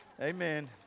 Amen